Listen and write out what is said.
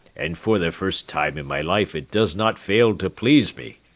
and for the first time in my life it does not fail to please me.